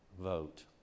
vote